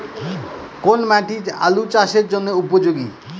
কোন মাটি আলু চাষের জন্যে উপযোগী?